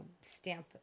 stamp